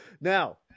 Now